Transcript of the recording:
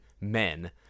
men